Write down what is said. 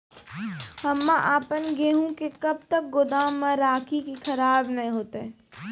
हम्मे आपन गेहूँ के कब तक गोदाम मे राखी कि खराब न हते?